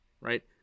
Right